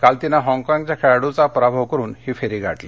काल तिनं हॉगकॉगच्या खेळाडचा पराभव करून ही फेरी गाठली